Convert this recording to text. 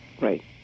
Right